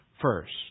first